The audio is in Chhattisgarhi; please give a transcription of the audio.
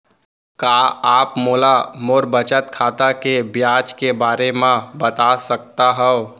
का आप मोला मोर बचत खाता के ब्याज के बारे म बता सकता हव?